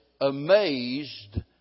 amazed